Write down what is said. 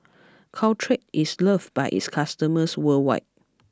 Caltrate is loved by its customers worldwide